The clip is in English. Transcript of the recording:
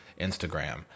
Instagram